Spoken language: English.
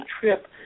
trip